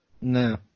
No